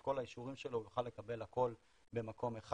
את כל האישורים שלו הוא יוכל לקבל הכול במקום אחד.